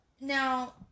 now